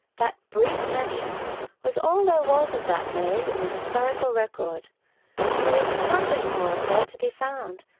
that brief mention was all there was of that maid in the historical record there was nothing more of her to be found,